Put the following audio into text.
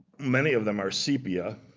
many of them are sepia.